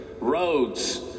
roads